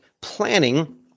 planning